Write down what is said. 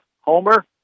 homer